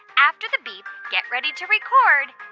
after the beep, get ready to record